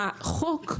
החוק,